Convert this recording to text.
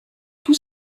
tous